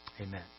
Amen